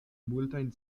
multajn